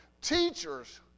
Teachers